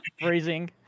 freezing